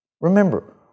Remember